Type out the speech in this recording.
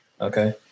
Okay